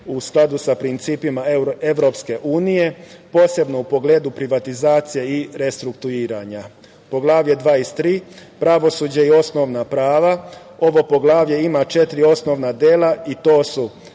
u skladu sa principima EU, posebno u pogledu privatizacije i restrukturiranja. Poglavlje 23, pravosuđe i osnovna prava. Ovo poglavlje ima četiri osnovna dela i to su: